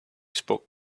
spoke